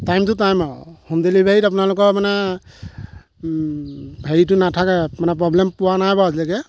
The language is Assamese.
টাইমতো টাইম আৰু হোম ডেলিভাৰীত আপোনালোকৰ মানে হেৰিতো নাথাকে মানে প্ৰ'ব্লেম পোৱা নাই বাৰু আজিলৈকে